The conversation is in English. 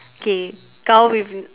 okay cow with